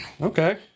okay